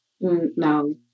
no